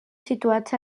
situats